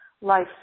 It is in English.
life